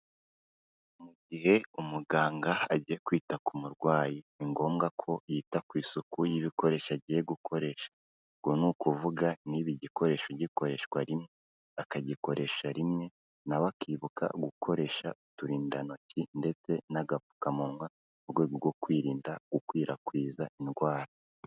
Mu gihe umuganga agiye kwita ku murwayi ni ngombwa ko yita ku isuku y'ibikoresho agiye gukoresha. Ubwo ni ukuvuga niba igikoresho gikoreshwa rimwe, akagikoresha rimwe, na we akibuka gukoresha uturinda ntoki ndetse n'agapfukamunwa mu rwego rwo kwirinda gukwirakwiza indwara.